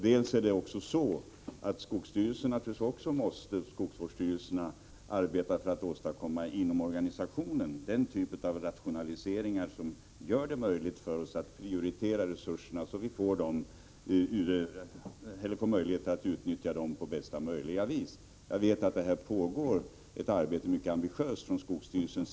Dels måste naturligtvis också skogsvårdsstyrelserna arbeta för att inom organisationen åstadkomma den typ av rationaliseringar som gör det möjligt för att oss att prioritera resurserna, så att vi kan utnyttja dem på bästa vis. Jag vet att det från skogsstyrelsens sida pågår ett mycket ambitiöst arbete.